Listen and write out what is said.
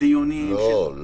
דיונים --- לא,